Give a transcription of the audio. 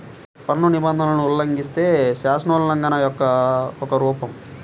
పన్ను నిబంధనలను ఉల్లంఘిస్తే, శాసనోల్లంఘన యొక్క ఒక రూపం